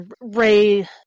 Ray